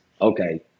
okay